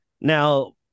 now